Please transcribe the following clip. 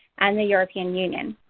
and the european union.